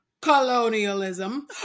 colonialism